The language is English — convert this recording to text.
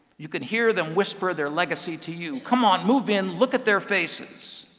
you could hear them whisper their legacy to you come on, move in, look at their faces,